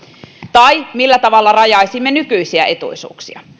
tai millä tavalla rajaisimme nykyisiä etuisuuksia